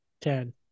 Ten